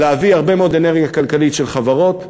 להביא הרבה מאוד אנרגיה כלכלית של חברות,